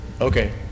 Okay